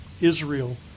Israel